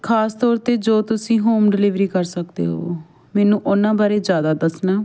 ਖਾਸ ਤੌਰ 'ਤੇ ਜੋ ਤੁਸੀਂ ਹੋਮ ਡਿਲੀਵਰੀ ਕਰ ਸਕਦੇ ਹੋ ਮੈਨੂੰ ਉਹਨਾਂ ਬਾਰੇ ਜ਼ਿਆਦਾ ਦੱਸਣਾ